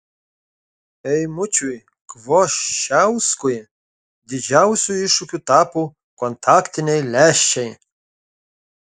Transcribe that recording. eimučiui kvoščiauskui didžiausiu iššūkiu tapo kontaktiniai lęšiai